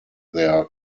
their